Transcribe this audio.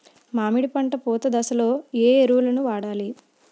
మామిడి పంట పూత దశలో ఏ ఎరువులను వాడాలి?